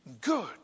good